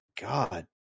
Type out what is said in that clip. God